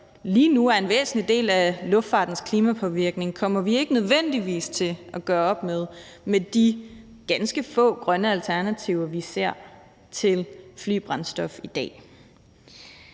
lige nu er en væsentlig del af luftfartens klimapåvirkning, kommer vi ikke nødvendigvis til at gøre op med med de ganske få grønne alternativer, vi ser til flybrændstof i dag.